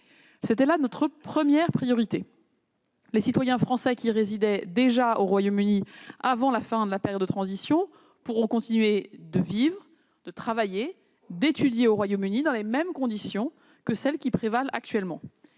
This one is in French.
C'était la première de nos priorités. Les citoyens français qui résidaient au Royaume-Uni avant la fin de la période de transition pourront continuer à y vivre, travailler et étudier dans les mêmes conditions que celles qui prévalent actuellement.